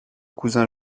cousin